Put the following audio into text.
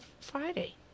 Friday